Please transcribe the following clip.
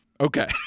Okay